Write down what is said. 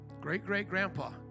Great-great-grandpa